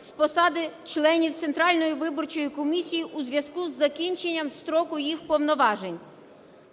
з посади членів Центральної виборчої комісії у зв'язку з закінченням строку їх повноважень.